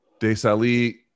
Desali